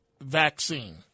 vaccine